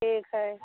ठीक है